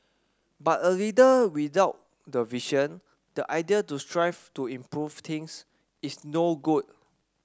but a leader without the vision the idea to strive to improve things is no good